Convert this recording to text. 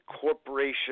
corporation